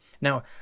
Now